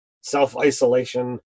self-isolation